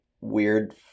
weird